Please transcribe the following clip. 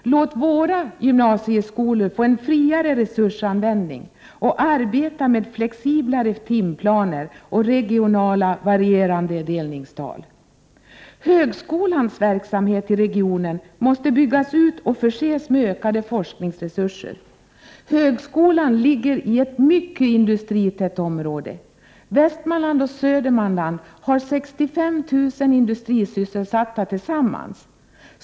Låt våra gymnasieskolor få en friare resursanvändning och arbeta med flexiblare timplaner och regionala vårierande delningstal! Högskolans verksamhet i regionen måste byggas ut och förses med ökade forskningsresurser. Högskolan ligger i ett mycket industritätt område. Västmanland och Södermanland har 65 000 industrisysselsatta tillsammans.